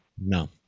No